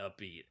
upbeat